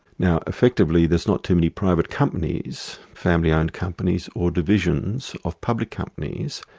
now effectively, there's not too many private companies, family owned companies, or divisions of public companies,